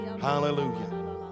hallelujah